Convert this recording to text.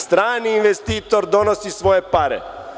Strani investitor donosi svoje pare.